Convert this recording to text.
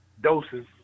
doses